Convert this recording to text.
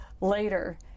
later